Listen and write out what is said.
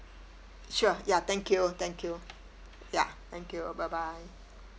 sure ya thank you thank you ya thank you bye bye